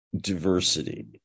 diversity